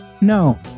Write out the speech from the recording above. No